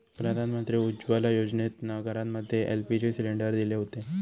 प्रधानमंत्री उज्ज्वला योजनेतना घरांमध्ये एल.पी.जी सिलेंडर दिले हुते